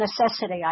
necessity